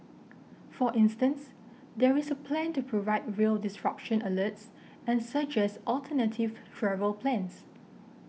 for instance there is a plan to provide rail disruption alerts and suggest alternative travel plans